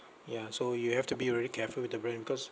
ya so you have to be very careful with the brand because